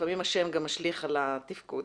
לפעמים השם גם משליך על התפקוד.